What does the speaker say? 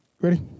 Ready